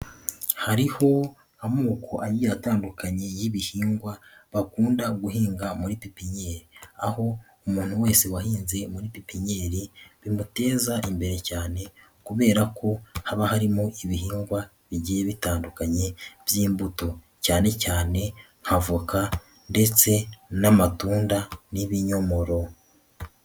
Hariho amoko a giye atandukanye y'ibihingwa bakunda guhinga muri pipinyeri aho umuntu wese wahinze muri pipinyeri bimuteza imbere cyane kubera ko haba harimo ibihingwa bigiye bitandukanye by'imbuto cyane cyane nka avoka ndetse n'amatunda n'ibinyomoro.